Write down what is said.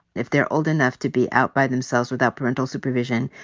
if they're old enough to be out by themselves without parental supervision,